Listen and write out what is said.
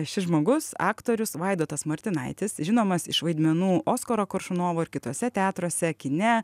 šis žmogus aktorius vaidotas martinaitis žinomas iš vaidmenų oskaro koršunovo ir kituose teatruose kine